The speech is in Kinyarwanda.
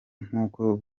nk’uko